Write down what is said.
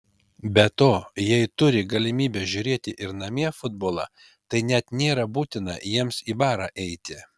be to jei turi galimybę žiūrėti ir namie futbolą tai net nėra būtina jiems į barą eiti